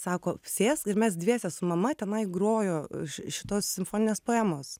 sako sėsk ir mes dviese su mama tenai grojo šitos simfoninės poemos